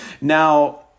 Now